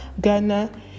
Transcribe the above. ghana